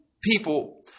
people